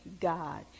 God